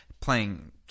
playing